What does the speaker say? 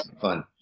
fun